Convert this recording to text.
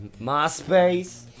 MySpace